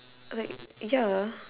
like ya